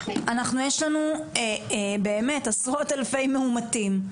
יש לנו באמת עשרות אלפי מאומתים,